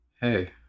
Hey